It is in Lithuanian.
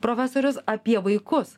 profesorius apie vaikus